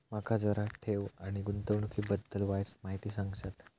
माका जरा ठेव आणि गुंतवणूकी बद्दल वायचं माहिती सांगशात?